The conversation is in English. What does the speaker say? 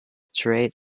trade